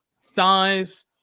size